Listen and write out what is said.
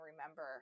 remember